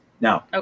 Now